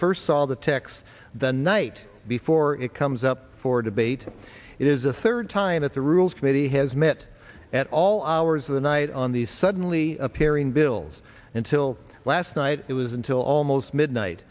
first saw the text the night before it comes up for debate it is the third time that the rules committee has met at all hours of the night on these suddenly appearing bills until last night it was until almost midnight